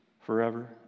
forever